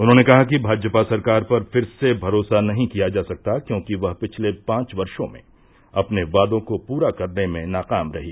उन्होंने कहा कि भाजपा सरकार पर फिर से भरोसा नही किया जा सकता क्योंकि वह पिछले पांच वर्षो में अपने वादों को पूरा करने में नाकाम रही